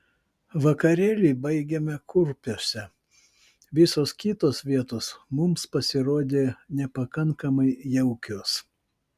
vakarėlį baigėme kurpiuose visos kitos vietos mums pasirodė nepakankamai jaukios